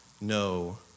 no